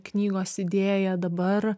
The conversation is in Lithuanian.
knygos idėja dabar